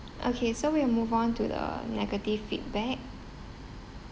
okay so we move on to the negative feedback